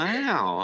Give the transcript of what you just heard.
Wow